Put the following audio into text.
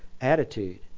attitude